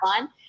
on